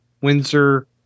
Windsor